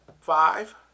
Five